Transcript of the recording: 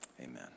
Amen